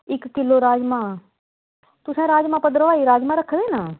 इक्क किलो राजमाह् तुसें राजमाह् भद्रवाही राजमाह् रक्खे दे न